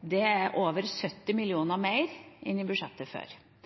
Det er over 70 mill. kr enn i det forrige budsjettet.